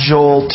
Joel